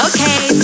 Okay